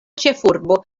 ĉefurbo